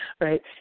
right